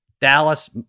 dallas